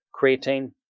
creatine